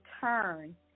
turn